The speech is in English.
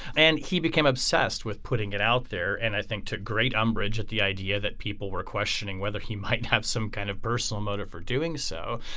and he became obsessed with putting it out there and i think took great umbrage at the idea that people were questioning whether he might have some kind of personal motive for doing so.